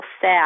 sad